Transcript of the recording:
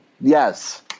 yes